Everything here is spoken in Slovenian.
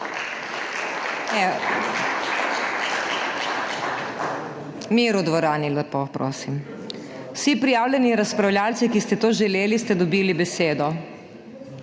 Mir v dvorani, lepo prosim. Vsi prijavljeni razpravljavci, ki ste to želeli, ste dobili besedo.